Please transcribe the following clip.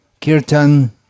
Kirtan